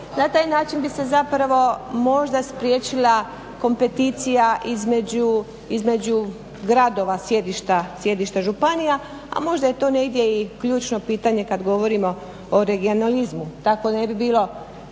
Na taj način bi se zapravo možda spriječila kompeticija između gradova sjedišta županija a možda je to negdje i ključno pitanje kad govorimo o regionalizmu, tako ne bi bilo